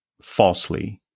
falsely